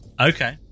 Okay